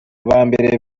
bambere